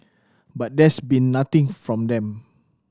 but there's been nothing from them